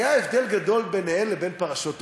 היה הבדל גדול ביניהן לבין פרשות אולמרט.